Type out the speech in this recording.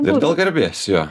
ir dėl garbės jo